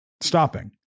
stopping